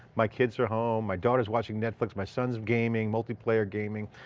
my kids are home. my daughter is watching netflix. my son's gaming, multiplayer gaming.